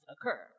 occur